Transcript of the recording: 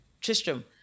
Tristram